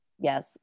Yes